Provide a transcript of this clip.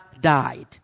died